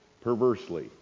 perversely